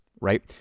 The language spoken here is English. right